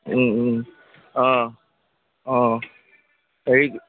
অঁ অঁ হেৰি